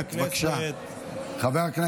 הצעת החוק שעברה השבוע בוועדת השרים לחקיקה ואותה אני מציג